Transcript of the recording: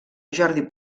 jordi